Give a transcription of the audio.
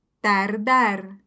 Tardar